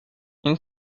این